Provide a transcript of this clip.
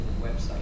website